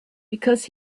because